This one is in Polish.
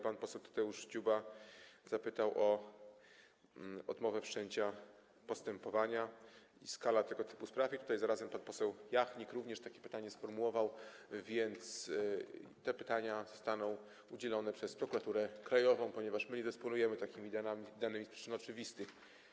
Pan poseł Tadeusz Dziuba zapytał o odmowę wszczęcia postępowania i skalę tego typu spraw i zarazem pan poseł Jachnik również takie pytanie sformułował, więc odpowiedzi te pytania zostaną udzielone przez Prokuraturę Krajową, ponieważ my nie dysponujemy takimi danymi z przyczyn oczywistych.